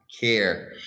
care